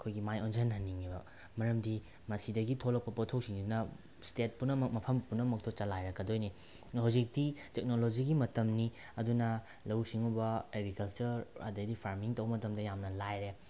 ꯑꯩꯈꯣꯏꯒꯤ ꯃꯥꯏ ꯑꯣꯟꯁꯤꯟꯍꯟꯅꯤꯡꯉꯦꯕ ꯃꯔꯝꯗꯤ ꯃꯁꯤꯗꯒꯤ ꯊꯣꯛꯂꯛꯄ ꯄꯣꯠꯊꯣꯛꯁꯤꯡꯁꯤꯅ ꯏꯁꯇꯦꯠ ꯄꯨꯝꯅꯃꯛ ꯃꯐꯝ ꯄꯨꯝꯅꯃꯛꯇꯣ ꯆꯂꯥꯏꯔꯛꯀꯗꯣꯏꯅꯤ ꯍꯧꯖꯤꯛꯇꯤ ꯇꯦꯛꯅꯣꯂꯣꯖꯤꯒꯤ ꯃꯇꯝꯅꯤ ꯑꯗꯨꯅ ꯂꯧꯎ ꯁꯤꯡꯎꯕ ꯑꯦꯒ꯭ꯔꯤꯀꯜꯆꯔ ꯑꯗꯒꯤꯗꯤ ꯐꯥꯔꯃꯤꯡ ꯇꯧꯕ ꯃꯇꯝꯗ ꯌꯥꯝꯅ ꯂꯥꯏꯔꯦ